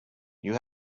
you